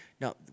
Now